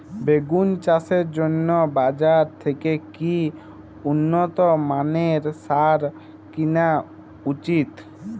বেগুন চাষের জন্য বাজার থেকে কি উন্নত মানের সার কিনা উচিৎ?